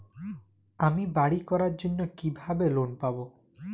আমি বাড়ি করার জন্য কিভাবে লোন পাব?